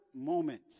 moment